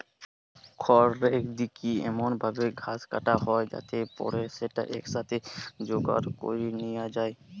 খড়রেক দিকি এমন ভাবি ঘাস কাটা হয় যাতে পরে স্যাটা একসাথে জোগাড় করি নিয়া যায়